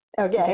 Okay